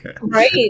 Right